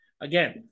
again